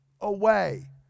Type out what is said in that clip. away